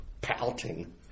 pouting